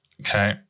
Okay